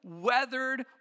weathered